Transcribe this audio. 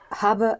habe